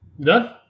Done